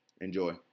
Enjoy